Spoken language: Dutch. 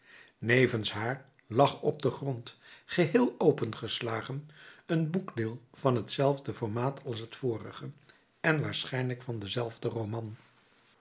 nevens haar lag op den grond geheel opengeslagen een boekdeel van hetzelfde formaat als het vorige en waarschijnlijk van denzelfden roman